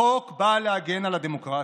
החוק בא להגן על הדמוקרטיה,